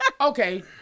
okay